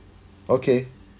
okay